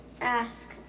ask